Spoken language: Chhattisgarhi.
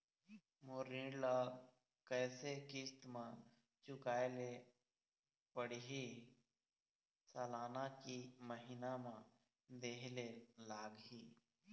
मोर ऋण ला कैसे किस्त म चुकाए ले पढ़िही, सालाना की महीना मा देहे ले लागही?